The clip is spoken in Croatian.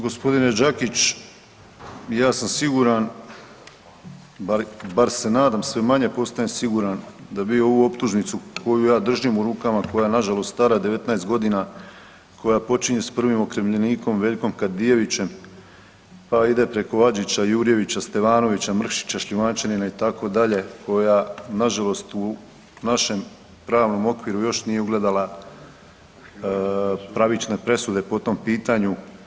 Gospodine Đakić, ja sam siguran bar se nadam, sve manje postajem siguran da vi ovu optužnicu koju ja držim u rukama koja je na žalost stara 19 godina koja počinje sa prvim okrivljenikom Veljkom Kadijevićem, pa ide preko Adžića, Jurjevića, Stevanovića, Mrkšića, Šljivančanina itd. koja na žalost u našem pravnom okviru još nije ugledala pravične presude po tom pitanju.